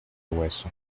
hueso